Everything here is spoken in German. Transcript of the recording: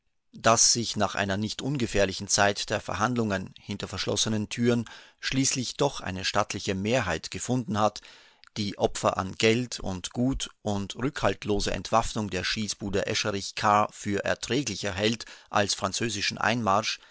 daß sich nach einer nicht ungefährlichen zeit der verhandlungen hinter verschlossenen türen schließlich doch eine stattliche mehrheit gefunden hat die opfer an geld und gut und rückhaltlose entwaffnung der schießbude escherichkahr für erträglicher hält als französischen einmarsch